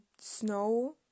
snow